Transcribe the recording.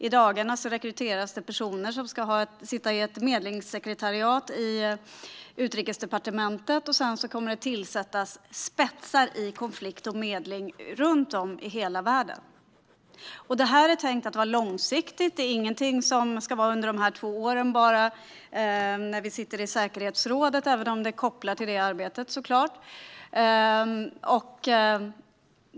I dagarna rekryteras det personer som ska sitta i ett medlingssekretariat i Utrikesdepartementet. Sedan kommer det att tillsättas personer med spetskompetens i konflikt och medling runt om i hela världen. Detta är tänkt att vara långsiktigt. Det är ingenting som ska pågå under bara de två år som vi sitter i säkerhetsrådet, även om det såklart är kopplat till detta arbete.